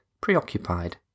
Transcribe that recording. preoccupied